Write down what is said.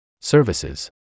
Services